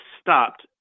stopped